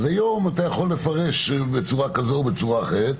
היום אתה יכול לפרש בצורה כזו או בצורה אחרת.